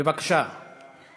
נפגעי עבירות מין או אלימות (תיקון,